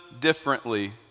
differently